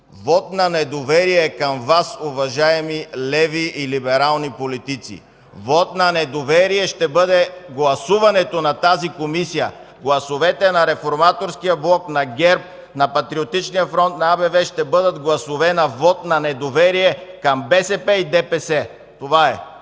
Вот на недоверие към Вас, уважаеми леви и либерални политици! (Реплики от ДПС.) Вот на недоверие ще бъде гласуването на тази Комисия – гласовете на Реформаторския блок, на ГЕРБ, на Патриотичния фронт, на АБВ ще бъдат гласове на вот на недоверие към БСП и ДПС! Това е.